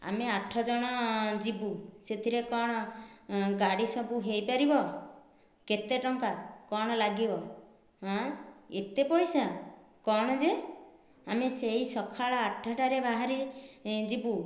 ଆମେ ଆଠଜଣ ଯିବୁ ସେଥିରେ କ'ଣ ଗାଡ଼ି ସବୁ ହୋଇପାରିବ କେତେଟଙ୍କା କ'ଣ ଲାଗିବ ହେଁ ଏତେ ପଇସା କ'ଣ ଯେ ଆମେ ସେହି ସକାଳ ଆଠଟାରେ ବାହାରି ଯିବୁ